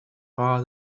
bar